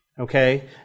Okay